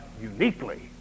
uniquely